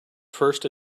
first